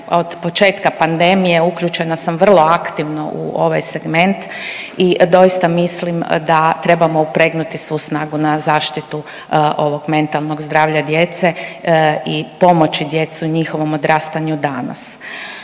od početka pandemije, uključena sam vrlo aktivno u ovaj segment i doista mislim da trebamo upregnuti svu snagu na zaštitu ovog mentalnog zdravlja djece i pomoći djeci u njihovom odrastanju danas.